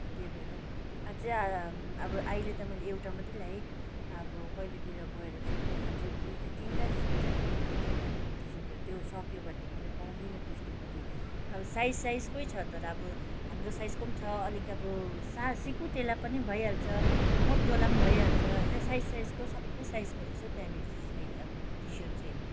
अन्त त्यही भएर हौ अझ आ अब अहिले त मैले एउटा मात्रै ल्याएँ अब कहिले तिर गएर चाहिँ नि अझ दुइवटा तिनवटा जस्तो चाहिँ ल्याउनु पर्ने छ त्यहाँनिर टिसर्टहरू त्यो सक्यो भने त मैले पाउँदिनँ त्यस्तो फेरि अब साइज साइजकै छ तर अब हाम्रो साइजको छ अलिक अब सा सिकुटेलाई पनि भइहाल्छ मोटोलाई भइहाल्छ होइन साइज साइजको सबै साइजको रहेछ त्यहाँनिर चाहिँ साइ अब टी सर्ट चाहिँ